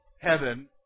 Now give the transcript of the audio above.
heaven